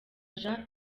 jean